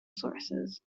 sources